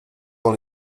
dans